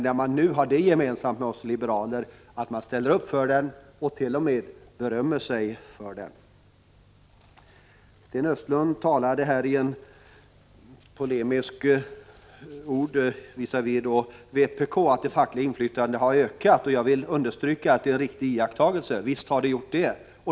Där har de nu det gemensamt med oss liberaler att de ställer upp för jämställdhetslagen och t.o.m. berömmer sig för den. Sten Östlund talade här i polemiska ordalag visavi vpk att det fackliga inflytandet har ökat. Jag vill understryka att det är en riktig iakttagelse. Visst har det gjort det!